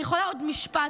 אני יכולה עוד משפט?